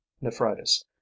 nephritis